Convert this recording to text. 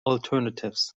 alternatives